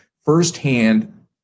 firsthand